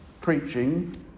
preaching